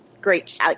great